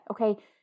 okay